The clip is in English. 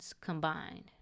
combined